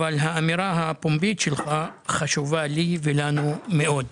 אבל האמירה הפומבית שלך חשובה לי ולנו מאוד.